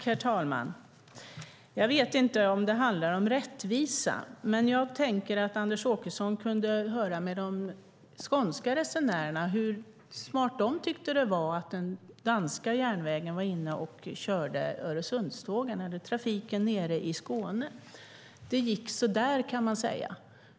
Herr talman! Jag vet inte om det handlar om rättvisa, men jag tänker att Anders Åkesson kunde höra hur smart de skånska resenärerna tyckte att den danska järnvägen var inne och körde Öresundstågen eller trafiken nere i Skåne. Det gick så där, kan man säga.